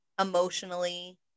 emotionally